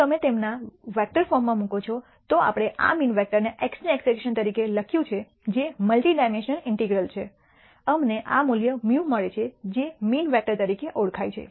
જો તમે તેમને વેક્ટર ફોર્મમાં મુકો છો તો આપણે આ મીન વેક્ટરને x ની એક્સપેક્ટશન તરીકે લખ્યું છે જે મલ્ટી ડાયમેન્શનલ ઇન્ટેગ્રલ છે અમને આ મૂલ્ય μ મળે છે જે મીન વેક્ટર તરીકે ઓળખાય છે